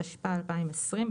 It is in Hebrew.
התשפ"א-2020,